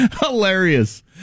Hilarious